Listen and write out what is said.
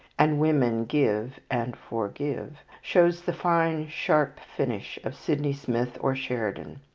and women give and forgive, shows the fine, sharp finish of sydney smith or sheridan.